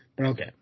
Okay